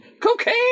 Cocaine